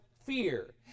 fear